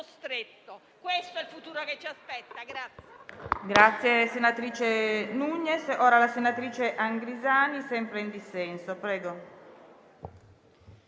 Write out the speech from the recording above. Stretto. Questo è il futuro che ci aspetta.